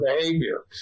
behavior